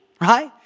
right